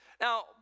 Now